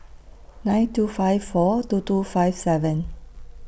nine two five four two two five seven